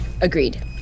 agreed